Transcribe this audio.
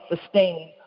sustain